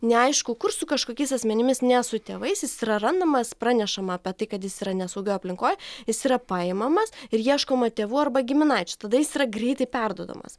neaišku kur su kažkokiais asmenimis ne su tėvais jis yra randamas pranešama apie tai kad jis yra nesaugioj aplinkoj jis yra paimamas ir ieškoma tėvų arba giminaičių tada jis yra greitai perduodamas